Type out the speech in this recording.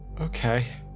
Okay